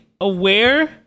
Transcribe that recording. aware